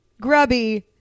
grubby